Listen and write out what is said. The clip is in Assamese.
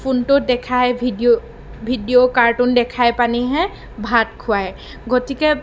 ফোনটোত দেখাই ভিডিঅ' ভিডিঅ' কাৰ্টুন দেখাই পেলাইহে ভাত খোৱায় গতিকে